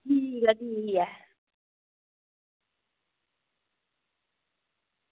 ठीक ऐ ठीक ऐ